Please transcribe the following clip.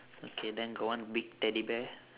okay then got one big teddy bear